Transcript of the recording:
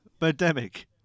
pandemic